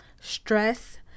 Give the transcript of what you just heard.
stress